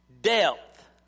depth